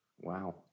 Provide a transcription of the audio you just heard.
Wow